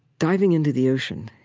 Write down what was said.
diving into the ocean,